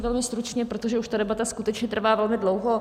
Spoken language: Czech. Velmi stručně, protože už ta debata skutečně trvá velmi dlouho.